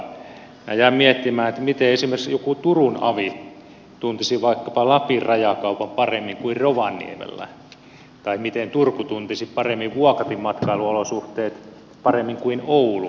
minä jäin miettimään miten esimerkiksi joku turun avi tuntisi vaikkapa lapin rajakaupan paremmin kuin rovaniemi tai miten turku tuntisi vuokatin matkailun olosuhteet paremmin kuin oulu